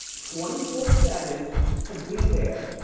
twenty four seven to be there.